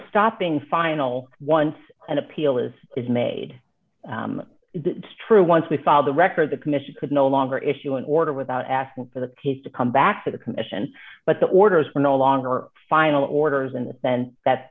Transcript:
stopping final once an appeal is is made strew once we file the record the commission could no longer issue an order without asking for the peace to come back to the commission but the orders for no longer final orders in the sense that